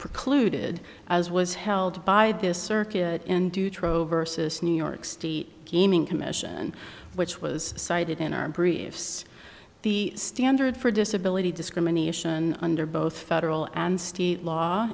precluded as was held by this circuit in due trover cis new york street gaming commission which was cited in our briefs the standard for disability discrimination under both federal and state law